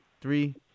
Three